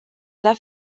era